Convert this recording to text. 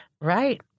Right